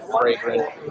fragrant